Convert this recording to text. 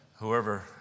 whoever